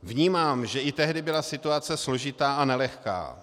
Vnímám, že i tehdy byla situace složitá a nelehká.